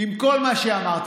עם כל מה שאמרת,